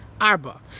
arba